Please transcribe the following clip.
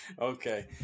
Okay